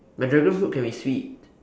but dragonfruit can be sweet